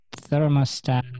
thermostat